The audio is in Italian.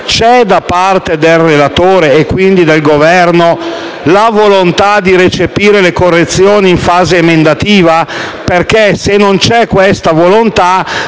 c’eda parte del relatore, e quindi del Governo, la volonta di recepire le correzioni in fase emendativa? Infatti se manca questa volontadiventa